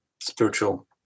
spiritual